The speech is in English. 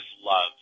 love